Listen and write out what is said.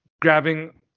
grabbing